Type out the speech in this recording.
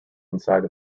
inside